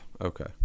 okay